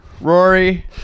Rory